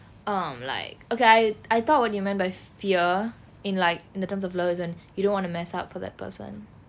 um like okay I I thought what you meant by fear in like in the terms of love as in you don't want to mess up for that person